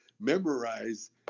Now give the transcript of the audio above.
memorize